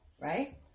right